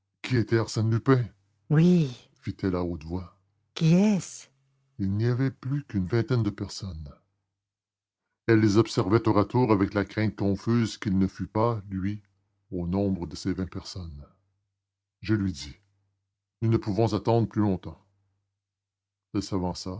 qui était arsène lupin oui fit-elle à haute voix qui est-ce il n'y avait plus qu'une vingtaine de personnes elle les observait tour à tour avec la crainte confuse qu'il ne fût pas lui au nombre de ces vingt personnes je lui dis nous ne pouvons attendre plus longtemps elle s'avança